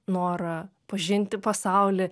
norą pažinti pasaulį